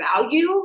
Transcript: value